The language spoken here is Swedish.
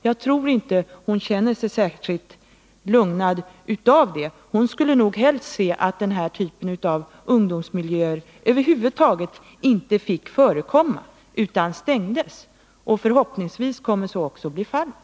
Jag tror inte att hon skulle känna sig särskilt lugnad av ett sådant svar. Hon skulle nog helst se att denna typ av ungdomsmiljöer över huvud taget inte fick förekomma och att lokalerna stängdes. Förhoppningsvis kommer så också att bli fallet.